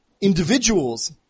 individuals